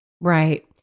Right